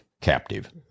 captive